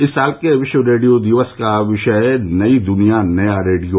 इस साल के विश्व रेडियो दिवस का विषय नई दुनिया नया रेडियो